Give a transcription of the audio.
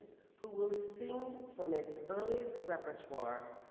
who will sing from its earliest repertoire.